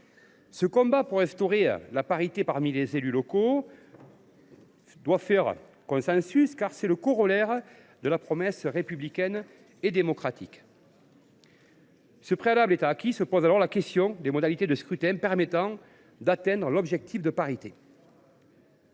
Ce combat pour instaurer la parité parmi les élus locaux doit faire consensus, car c’est le corollaire de la promesse républicaine et démocratique. Ce préalable étant posé, j’en viens à la question des modalités de scrutin permettant d’atteindre l’objectif de parité.